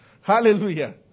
Hallelujah